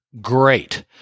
Great